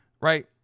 Right